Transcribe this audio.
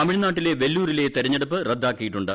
തമിഴ്നാട്ടിലെ വെല്ലൂരിലെ തെരഞ്ഞെടുപ്പ് റദ്ദാക്കിയിട്ടുണ്ട്